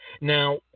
Now